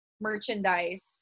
merchandise